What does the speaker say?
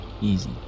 easy